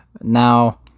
Now